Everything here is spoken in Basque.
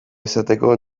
izateko